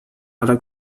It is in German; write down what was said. aller